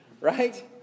Right